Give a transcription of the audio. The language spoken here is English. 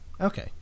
Okay